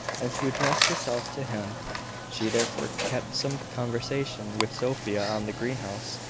and to address herself to him she therefore kept some conversation with sophia on the greenhouse,